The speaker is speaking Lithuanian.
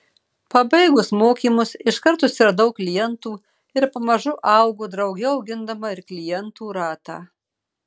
pabaigus mokymus iškart susiradau klientų ir pamažu augu drauge augindama ir klientų ratą